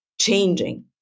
changing